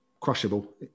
crushable